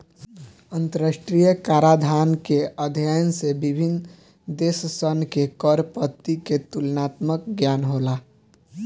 अंतरराष्ट्रीय कराधान के अध्ययन से विभिन्न देशसन के कर पद्धति के तुलनात्मक ज्ञान होला